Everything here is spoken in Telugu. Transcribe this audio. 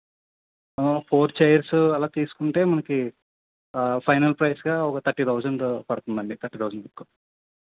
ఫోర్ చైర్సు అలా తీసుకుంటే మనకు ఫైనల్ ప్రైస్గా ఒక థర్టీ థౌసండ్ పడుతుంది మళ్ళీ థర్టీ థౌసండ్ మీకు